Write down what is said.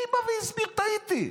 מי בא והסביר: טעיתי?